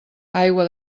aigua